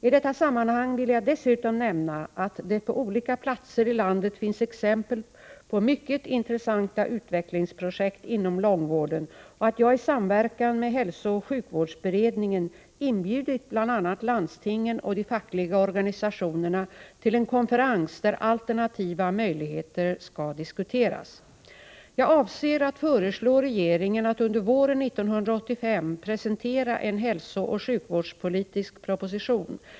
I detta sammanhang vill jag dessutom nämna att det på olika platser i landet finns exempel på mycket intressanta utvecklingsprojekt inom långvården och att jag i samverkan med hälsooch sjukvårdsberedningen inbjudit bl.a. landstingen och de fackliga organisationerna till en konferens där alternativa möjligheter skall diskuteras. Jag avser att föreslå regeringen att under våren 1985 presentera en hälsooch sjukvårdspolitisk proposition.